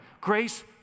Grace